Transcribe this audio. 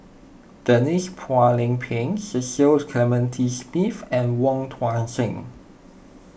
Denise Phua Lay Peng Cecil Clementi Smith and Wong Tuang Seng